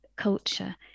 culture